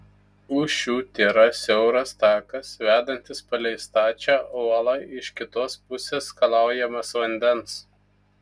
už šių tėra siauras takas vedantis palei stačią uolą iš kitos pusės skalaujamas vandens